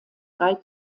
drei